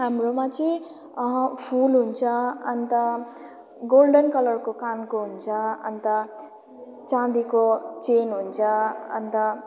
हाम्रोमा चाहिँ फुल हुन्छ अन्त गोल्डन कलरको कानको हुन्छ अन्त चाँदीको चेन हुन्छ अन्त